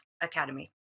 Academy